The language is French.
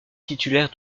titulaire